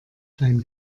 dein